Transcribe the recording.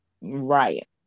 right